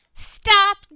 Stop